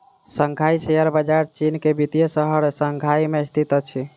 Shanghai share बजार चीन के वित्तीय शहर शंघाई में स्थित अछि